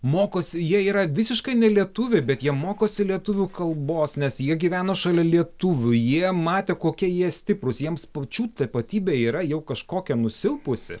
mokosi jie yra visiškai nelietuviai bet jie mokosi lietuvių kalbos nes jie gyveno šalia lietuvių jie matė kokie jie stiprūs jiems pačių tapatybė yra jau kažkokia nusilpusi